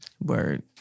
Word